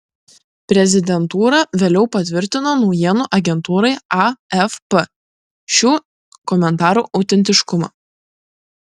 prezidentūra vėliau patvirtino naujienų agentūrai afp šių komentarų autentiškumą